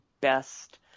best